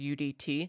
udt